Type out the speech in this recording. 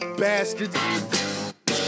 bastards